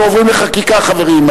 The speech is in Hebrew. אנחנו עוברים לחקיקה, חברים.